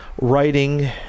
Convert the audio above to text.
writing